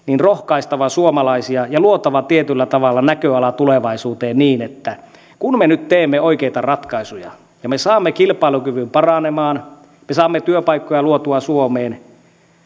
rohkaistava suomalaisia ja luotava tietyllä tavalla näköalaa tulevaisuuteen niin että kun me nyt teemme oikeita ratkaisuja ja me saamme kilpailukyvyn paranemaan me saamme työpaikkoja luotua suomeen